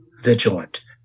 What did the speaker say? vigilant